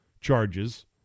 charges